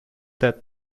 that